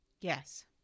yes